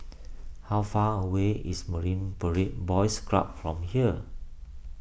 how far away is Marine Parade Boys Club from here